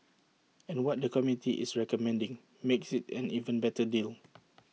and what the committee is recommending makes IT an even better deal